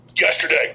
Yesterday